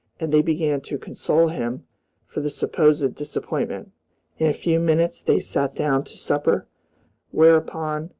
and they began to console him for the supposed disappointment. in a few minutes they sat down to supper whereupon,